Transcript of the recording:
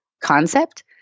concept